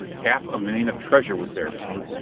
half a million of treasure was there to-night!